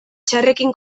txarrekin